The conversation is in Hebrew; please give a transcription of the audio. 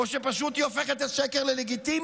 או שפשוט היא הופכת את השקר ללגיטימי?